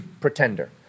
pretender